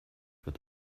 wird